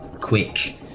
quick